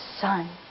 son